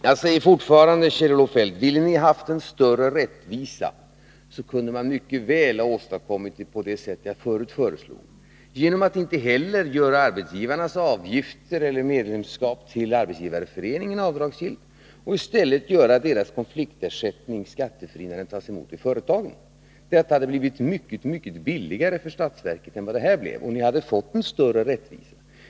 Jag säger ånyo, Kjell-Olof Feldt: Om ni ville ha en större rättvisa kunde ni mycket väl ha åstadkommit det på det sätt som jag förut föreslog, genom att inte heller göra arbetsgivarnas medlemsavgifter till Arbetsgivareföreningen avdragsgilla, och i stället göra deras konfliktersättning skattefri när den tas emoti företagen. Detta hade blivit mycket billigare för statsverket än vad det nu blivit, och ni hade fått en större rättvisa.